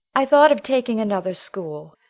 i thought of taking another school,